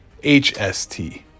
HST